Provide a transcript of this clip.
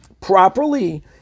properly